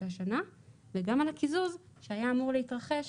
השנה וגם על הקיזוז שהיה אמור להתרחש